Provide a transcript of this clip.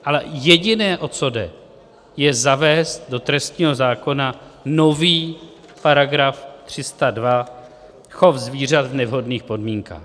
Ale jediné, o co jde, je zavést do trestního zákona nový § 302 chov zvířat v nevhodných podmínkách.